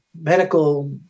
medical